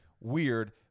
weird